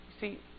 See